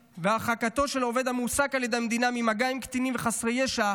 והרחקתו של העובד המועסק על ידי המדינה ממגע עם קטינים וחסרי ישע,